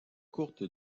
courte